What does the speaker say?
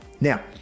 Now